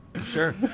sure